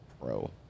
Pro